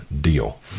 deal